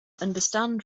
understand